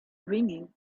ringing